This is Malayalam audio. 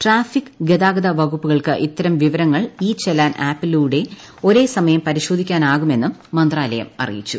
ട്രാഫിക് ഗതാഗത വകുപ്പുകൾക്ക് ഇത്തരം വിവരങ്ങൾ ഇ ചെലാൻ ആപ്പിലൂടെ ഒരേ സമയം പരിശോധിക്കാനാകുമെന്നും മന്ത്രാലയം അറിയിച്ചു